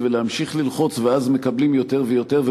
ולהמשיך ללחוץ ואז מקבלים יותר ויותר,